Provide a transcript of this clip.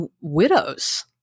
widows